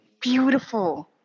beautiful